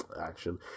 action